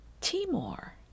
Timor